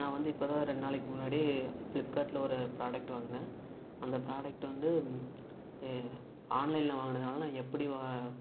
நான் வந்து இப்போ தான் ரெண்டு நாளைக்கு முன்னாடி ப்ளிப்கார்ட்டில் ஒரு ப்ராடக்ட் வாங்குனேன் அந்த ப்ராடக்ட் வந்து ஏ ஆன்லைனில் வாங்கனதுனால எப்படி வா